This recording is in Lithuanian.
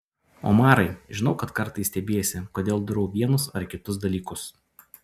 omarai žinau kad kartais stebiesi kodėl darau vienus ar kitus dalykus